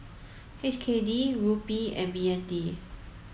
H K D Rupee and B N D